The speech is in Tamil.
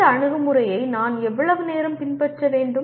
இந்த அணுகுமுறையை நான் எவ்வளவு நேரம் பின்பற்ற வேண்டும்